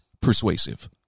persuasive